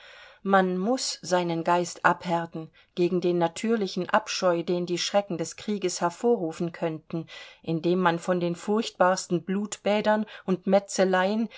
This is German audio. man muß seinen geist abhärten gegen den natürlichen abscheu den die schrecken des krieges hervorrufen könnten indem man von den furchtbarsten blutbädern und metzeleien